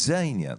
זה העניין.